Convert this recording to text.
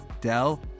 Dell